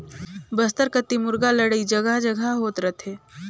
बस्तर कति मुरगा लड़ई जघा जघा होत रथे